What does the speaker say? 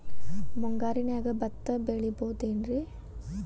ಮುಂಗಾರಿನ್ಯಾಗ ಭತ್ತ ಬೆಳಿಬೊದೇನ್ರೇ?